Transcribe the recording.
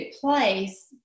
place